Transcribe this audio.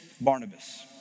Barnabas